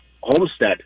homestead